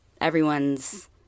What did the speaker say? everyone's